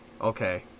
Okay